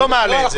לא מעלה את זה.